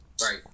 right